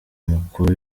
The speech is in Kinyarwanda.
mukuru